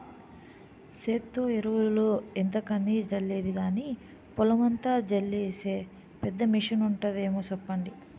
సేత్తో ఎరువులు ఎంతకని జల్లేది గానీ, పొలమంతా జల్లీసే పెద్ద మిసనుంటాదేమో సెప్పండి?